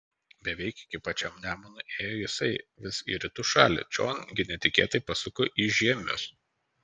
beveik iki pačiam nemunui ėjo jisai vis į rytų šalį čion gi netikėtai pasuko į žiemius